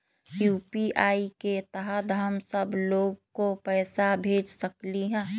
UPI के तहद हम सब लोग को पैसा भेज सकली ह?